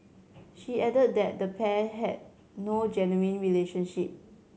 she added that the pair had no genuine relationship